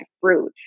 fruit